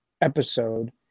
episode